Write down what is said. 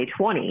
2020